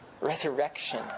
resurrection